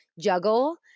juggle